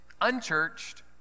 unchurched